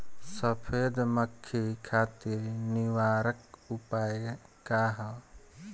सफेद मक्खी खातिर निवारक उपाय का ह?